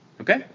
Okay